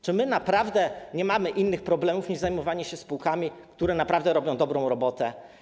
Czy my naprawdę nie mamy innych problemów niż zajmowanie się spółkami, które naprawdę robią dobrą robotę?